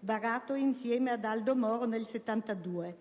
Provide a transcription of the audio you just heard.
varato insieme ad Aldo Moro nel 1972.